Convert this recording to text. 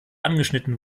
angeschnitten